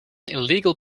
illegal